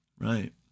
right